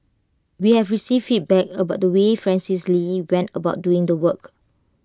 we have received feedback about the way Francis lee went about doing the work